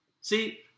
See